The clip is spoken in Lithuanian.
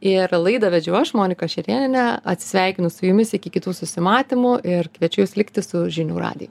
ir laidą vedžiau aš monika šerėnienė atsisveikinu su jumis iki kitų susimatymų ir kviečiu jus likti su žinių radiju